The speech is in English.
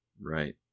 Right